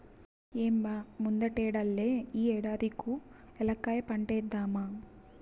ఏం బా ముందటేడల్లే ఈ ఏడాది కూ ఏలక్కాయ పంటేద్దామా